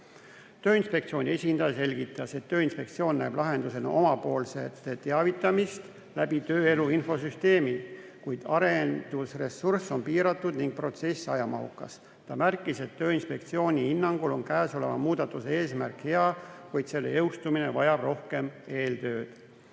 Tööinspektsiooni esindaja selgitas, et Tööinspektsioon näeb lahendusena omapoolset teavitamist tööelu infosüsteemi kaudu, kuid arendusressurss on piiratud ning protsess ajamahukas. Ta märkis, et Tööinspektsiooni hinnangul on selle muudatuse eesmärk hea, kuid selle jõustumine vajab rohkem eeltööd.